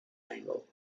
angle